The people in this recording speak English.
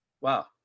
Wow